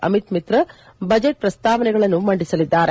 Amit Mitra budget ಪ್ರಸ್ತಾವನೆಗಳನ್ನು ಮಂಡಿಸಲಿದ್ದಾರೆ